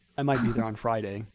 i might be there on friday,